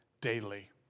daily